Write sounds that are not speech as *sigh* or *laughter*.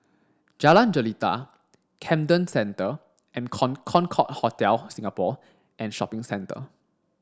Jalan Jelita Camden Centre and *unintelligible* Concorde Hotel Singapore and Shopping Centre